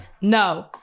no